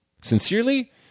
Sincerely